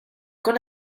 con